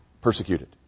persecuted